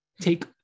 take